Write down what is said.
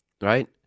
right